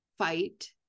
fight